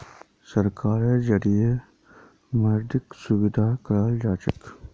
सरकारेर जरिएं मौद्रिक सुधार कराल जाछेक